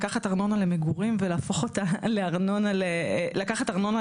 לקחת ארנונה לעסקים ולהפוך אותה לארנונה למגורים